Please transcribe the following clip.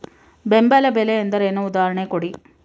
ಬೆಂಬಲ ಬೆಲೆ ಎಂದರೇನು, ಉದಾಹರಣೆ ಕೊಡಿ?